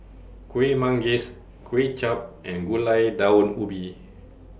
Kuih Manggis Kway Chap and Gulai Daun Ubi